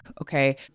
Okay